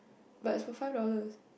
but it's for five dollars